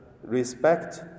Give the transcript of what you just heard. respect